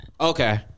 Okay